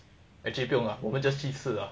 actually 不用了我们 just 去吃啦